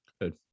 Good